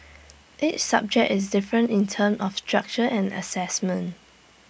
each subject is different in terms of structure and Assessment